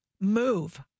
move